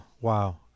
Wow